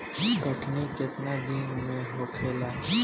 कटनी केतना दिन में होखेला?